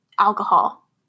alcohol